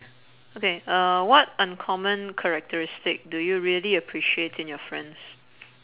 okay uh what uncommon characteristic do you really appreciate in your friends